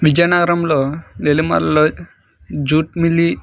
విజయనగరంలో Nellimarla jute mill